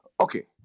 Okay